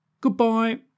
Goodbye